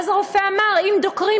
ואז הרופא אמר שאם דוקרים,